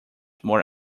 more